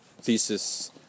thesis